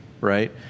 right